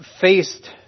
faced